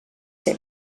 ser